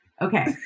okay